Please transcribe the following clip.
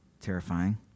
terrifying